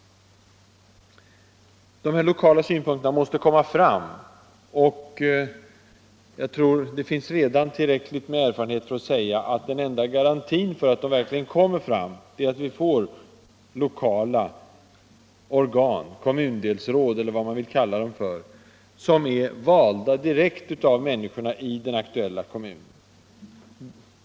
De här lokala synpunkterna måste komma fram. Jag tror att det redan finns tillräckligt med erfarenheter för att man skall kunna säga, att den enda garantin för att de verkligen kommer fram är att vi får lokala organ - kommundelsråd eller vad man vill kalla dem — som är valda direkt av människorna i den aktuella kommunen.